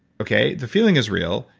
okay. the feeling is real.